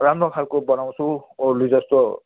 राम्रो खालको बनाउँछु अरूले जस्तो